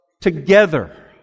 together